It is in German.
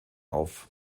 auf